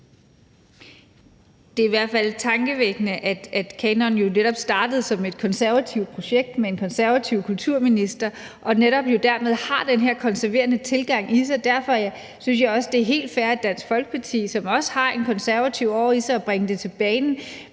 Det er i hvert fald tankevækkende, at kanon jo netop startede som et konservativt projekt med en konservativ kulturminister og dermed netop har den her konserverende tilgang i sig. Derfor synes jeg også, det er helt fair, at Dansk Folkeparti, som også har en konservativ åre i sig, bringer det på banen.